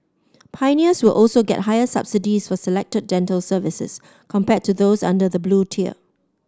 pioneers will also get higher subsidies for selected dental services compared to those under the Blue Tier